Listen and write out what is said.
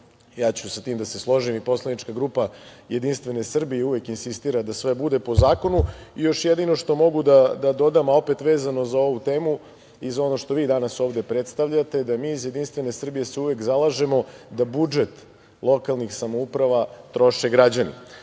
Ja ću sa tim da se složim i Poslanička grupa Jedinstvene Srbije uvek insistira da sve bude po zakonu. Još jedino što mogu da dodam, a opet vezano za ovu temu i za ono što vi danas ovde predstavljate, je da mi iz Jedinstvene Srbije se uvek zalažemo da budžet lokalnih samouprava troše građani. Drugo